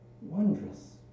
wondrous